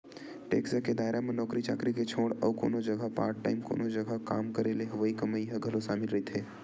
tax के दायरा म नौकरी चाकरी के छोड़ अउ कोनो जघा पार्ट टाइम कोनो जघा काम करे ले होवई कमई ह घलो सामिल रहिथे